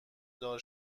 دار